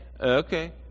Okay